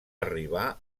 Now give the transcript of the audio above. arribar